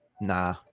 nah